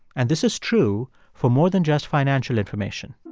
and this is true for more than just financial information.